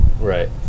Right